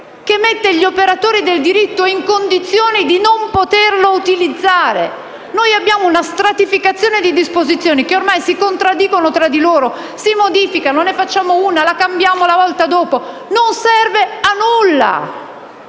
che mette gli operatori del diritto nelle condizioni di non poterlo utilizzare. Abbiamo una stratificazione di disposizioni che ormai si contraddicono tra di loro; si modificano: ne facciamo una, la cambiamo la volta dopo. Non serve a nulla.